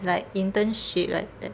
it's like internship like that